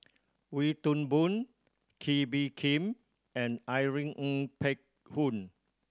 Wee Toon Boon Kee Bee Khim and Irene Ng Phek Hoong